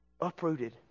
uprooted